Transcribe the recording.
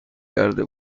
کرده